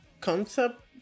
concept